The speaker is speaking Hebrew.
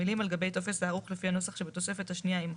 המילים "על גבי טופס הערוך לפי הנוסח שבתוספת השנייה" יימחקו.